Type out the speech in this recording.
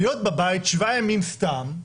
להיות בבית שבעה ימים סתם,